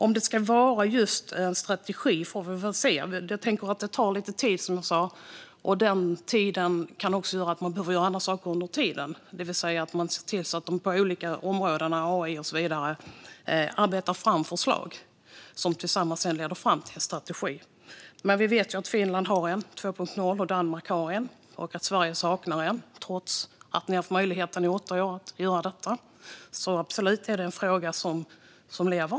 Om det ska vara just en strategi får vi väl se. Det tar lite tid, som jag sa, och det kan göra att man behöver göra andra saker under tiden. Det vill säga att man ser till att de olika områdena, AI och så vidare, arbetar fram förslag som tillsammans leder fram till en strategi. Men vi vet ju att Finland har en 2.0 och att Danmark har en och att Sverige saknar en, trots att ni haft möjligheten att göra detta i åtta år, så det är absolut en fråga som lever.